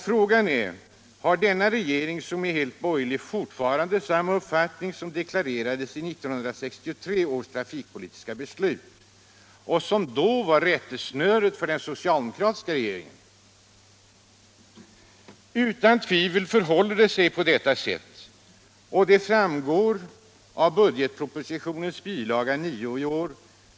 Frågan är: Har denna regering, som är helt borgerlig, fortfarande den uppfattning som deklarerades i 1963 års trafikpolitiska beslut och som då var rättesnöret för den socialdemokratiska regeringen? Utan tvivel förhåller det sig på det sättet. Detta framgår av budgetpropositionens bil. 9.